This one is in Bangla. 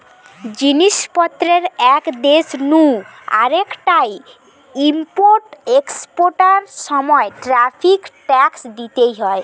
জিনিস পত্রের এক দেশ নু আরেকটায় ইম্পোর্ট এক্সপোর্টার সময় ট্যারিফ ট্যাক্স দিইতে হয়